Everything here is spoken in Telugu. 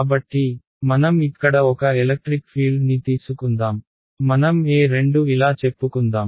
కాబట్టి మనం ఇక్కడ ఒక ఎలక్ట్రిక్ ఫీల్డ్ ని తీసుకుందాం మనం E2 ఇలా చెప్పుకుందాం